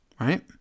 right